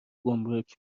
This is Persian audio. گمرک